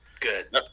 good